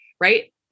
right